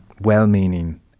well-meaning